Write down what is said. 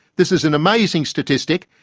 this is an amazing statistic.